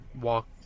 walk